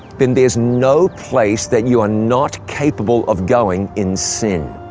then there's no place that you are not capable of going in sin.